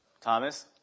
Thomas